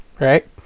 right